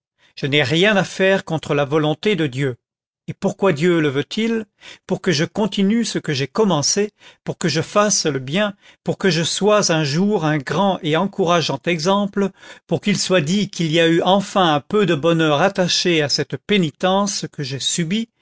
je n'ai rien à faire contre la volonté de dieu et pourquoi dieu le veut-il pour que je continue ce que j'ai commencé pour que je fasse le bien pour que je sois un jour un grand et encourageant exemple pour qu'il soit dit qu'il y a eu enfin un peu de bonheur attaché à cette pénitence que j'ai subie